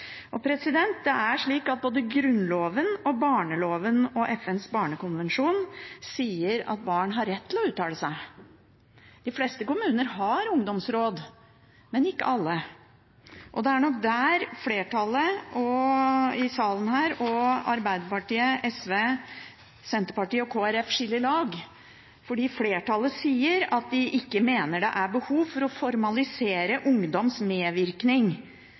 Det er slik at både Grunnloven, barneloven og FNs barnekonvensjon sier at barn har rett til å uttale seg. De fleste kommuner har ungdomsråd, men ikke alle, og det er der flertallet i salen her og Arbeiderpartiet, SV, Senterpartiet og Kristelig Folkeparti skiller lag. Flertallet sier at de ikke mener det er behov for å formalisere ungdoms medvirkning,